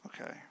Okay